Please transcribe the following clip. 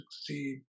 succeed